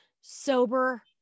sober